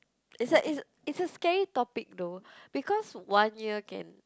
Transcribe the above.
is like is is a scary topic though because one year can